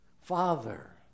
Father